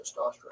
testosterone